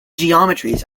geometries